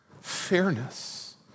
Fairness